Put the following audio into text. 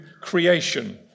creation